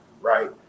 right